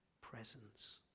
presence